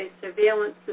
surveillance